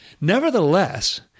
Nevertheless